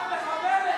את מחבלת.